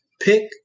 pick